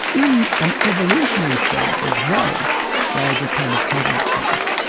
in an evolutionary sense as well as a kind of cosmic sense.